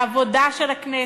לעבודה של הכנסת,